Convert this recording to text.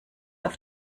auf